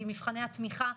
ועם מבחני התמיכה.